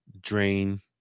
drain